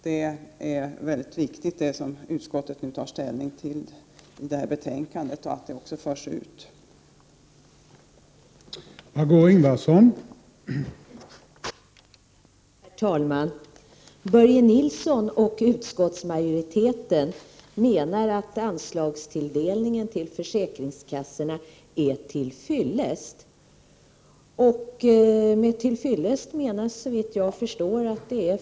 Det ställningstagandet, som utskottet gör i sitt betänkande, är viktigt, liksom också att det verkligen får genomslag.